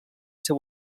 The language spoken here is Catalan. seu